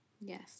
Yes